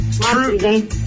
True